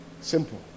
Simple